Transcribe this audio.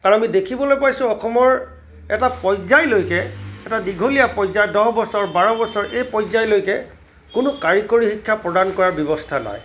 কাৰণ আমি দেখিবলৈ পাইছো অসমৰ এটা পৰ্যায়লৈকে এটা দীঘলীয়া পৰ্যায় দহ বছৰ বাৰ বছৰ এই পৰ্যায়লৈকে কোনো কাৰিকৰী শিক্ষা প্ৰদান কৰা ব্যৱস্থা নাই